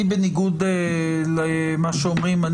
בניגוד למה שאומרים,